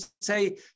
say